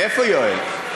איפה יואל?